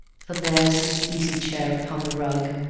for there's his easy-chair upon the rug,